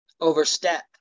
overstep